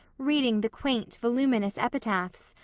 reading the quaint, voluminous epitaphs,